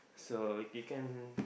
so you can